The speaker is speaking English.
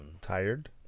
tired